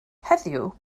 heddiw